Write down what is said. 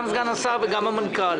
גם סגן השר וגם המנכ"ל